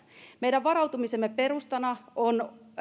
meidän varautumisemme perustana on